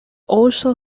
also